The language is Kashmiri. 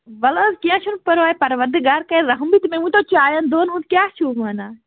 وَل حظ کیٚنٛہہ چھُنہٕ پَرواے پَروَردِگار کَرِ رَحمٕے تہٕ مےٚ ؤنۍ تو چایَن دۄن ہُنٛد کیٛاہ چھُ حظ وَنان